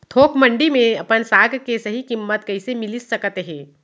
थोक मंडी में अपन साग के सही किम्मत कइसे मिलिस सकत हे?